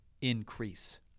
increase